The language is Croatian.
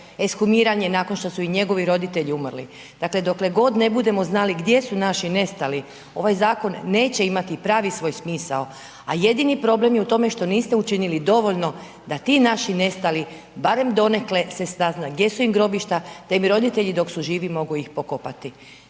ekshumiran je nakon što su i njegovi roditelji umrli. Dakle, dokle god ne budemo znali gdje su naši nestali, ovaj zakon neće imati pravi svoj smisao, a jedini problem je u tome što niste učinili dovoljno da ti naši nestali, barem donekle se sazna gdje su im grobišta te im roditelji, dok su živi, mogu ih pokopati.